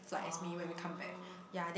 oh